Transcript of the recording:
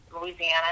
Louisiana